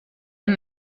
and